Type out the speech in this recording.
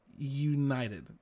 united